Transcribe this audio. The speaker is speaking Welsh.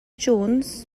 jones